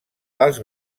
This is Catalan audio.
els